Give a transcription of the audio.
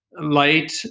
light